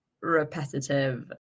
repetitive